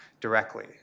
directly